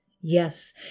Yes